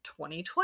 2020